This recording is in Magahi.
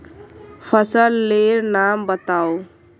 फसल लेर नाम बाताउ?